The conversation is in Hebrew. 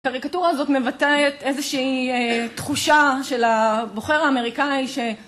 הקריקטורה הזאת מבטאת איזושהי תחושה של הבוחר האמריקאי ש...